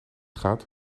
gaat